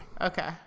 Okay